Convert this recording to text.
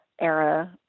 era